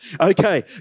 Okay